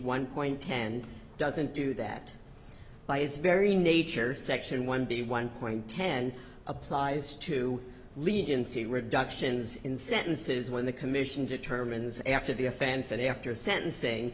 one point ten doesn't do that by its very nature section one b one point ten applies to leniency reductions in sentences when the commission determines after the offense and after sentencing